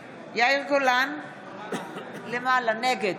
גולן, נגד